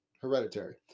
hereditary